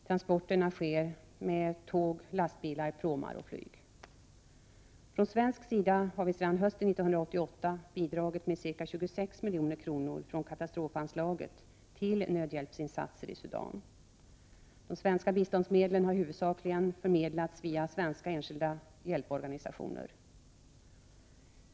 Transporterna sker med tåg, lastbilar, pråmar och flyg. Från svensk sida har vi sedan hösten 1988 bidragit med ca 26 milj.kr. från katastrofanslaget till nödhjälpsinsatser i Sudan. De svenska biståndsmedlen har huvudsakligen förmedlats via svenska enskilda hjälporganisationer.